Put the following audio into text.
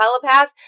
telepath